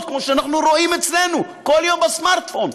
כמו שאנחנו רואים אצלנו כל יום בסמארטפון,